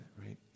right